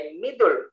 middle